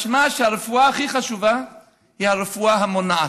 משמע שהרפואה הכי חשובה היא הרפואה המונעת.